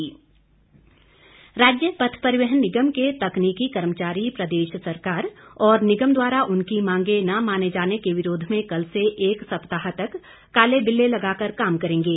कर्मचारी राज्य पथ परिवहन निगम के तकनीकी कर्मचारी प्रदेश सरकार और निगम द्वारा उनके मांगे न माने जाने के विरोध में कल से एक सप्ताह तक काले बिल्ले लगाकर काम करेंगे